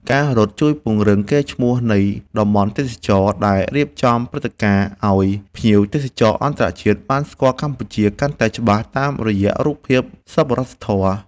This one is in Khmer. ការរត់ជួយពង្រឹងកេរ្តិ៍ឈ្មោះនៃតំបន់ទេសចរណ៍ដែលរៀបចំព្រឹត្តិការណ៍ឱ្យភ្ញៀវទេសចរអន្តរជាតិបានស្គាល់កម្ពុជាកាន់តែច្បាស់តាមរយៈរូបភាពសប្បុរសធម៌។